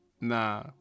nah